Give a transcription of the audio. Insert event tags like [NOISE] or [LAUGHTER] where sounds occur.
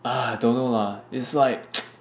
ugh don't know lah is like [NOISE]